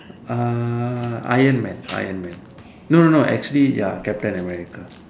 uh Iron-man Iron-man no no no actually ya captain-America